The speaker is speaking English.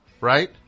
Right